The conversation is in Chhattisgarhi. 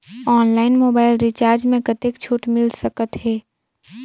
ऑनलाइन मोबाइल रिचार्ज मे कतेक छूट मिल सकत हे?